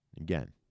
again